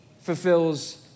fulfills